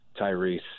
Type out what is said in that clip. Tyrese